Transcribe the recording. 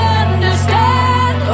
understand